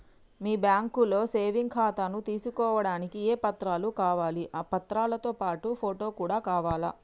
మీ బ్యాంకులో సేవింగ్ ఖాతాను తీసుకోవడానికి ఏ ఏ పత్రాలు కావాలి పత్రాలతో పాటు ఫోటో కూడా కావాలా?